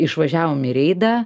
išvažiavom į reidą